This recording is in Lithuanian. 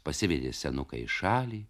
pasivedė senuką į šalį